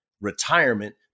retirement